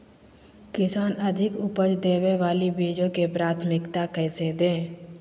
किसान अधिक उपज देवे वाले बीजों के प्राथमिकता कैसे दे?